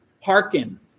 hearken